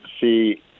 see